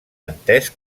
entès